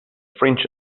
french